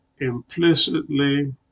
implicitly